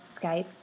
Skype